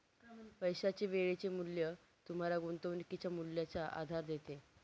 पैशाचे वेळेचे मूल्य तुम्हाला गुंतवणुकीच्या मूल्याचा आधार देते